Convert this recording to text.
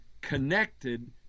connected